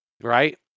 right